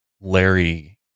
Larry